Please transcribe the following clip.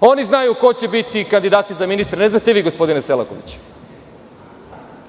Oni znaju ko će biti kandidati za ministra, ne znate vi, gospodine Selakoviću.